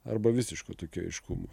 arba visišką tokį aiškumą